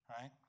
right